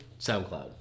SoundCloud